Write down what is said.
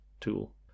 tool